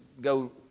go